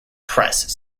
press